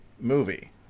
movie